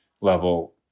level